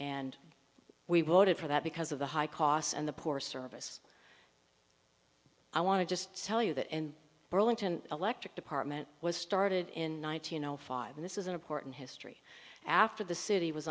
and we want it for that because of the high costs and the poor service i want to just tell you that in burlington electric department was started in one thousand and five this is an important history after the city was